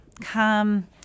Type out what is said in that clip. come